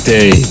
Day